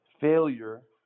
Failure